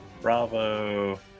Bravo